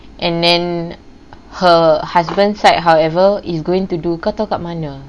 and then her husband's side however is going to do kau tahu kat mana